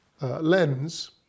lens